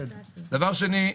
דבר שני,